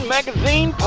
Magazine